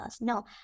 No